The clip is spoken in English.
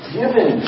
given